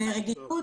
ורגישות.